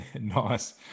Nice